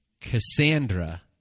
Cassandra